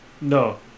No